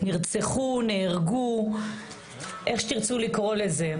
נרצחו, איך שתרצו לקרוא לזה.